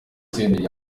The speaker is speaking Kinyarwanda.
senderi